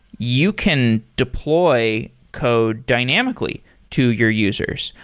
you can deploy code dynamically to your users,